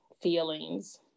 feelings